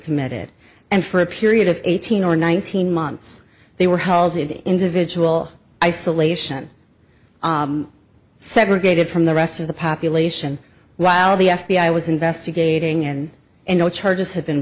committed and for a period of eighteen or nineteen months they were halted individual isolation segregated from the rest of the population while the f b i was investigating and no charges have been